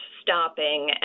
stopping